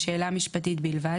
בשאלה משפטית בלבד,